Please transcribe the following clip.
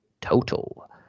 total